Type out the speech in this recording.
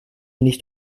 nicht